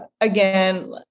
Again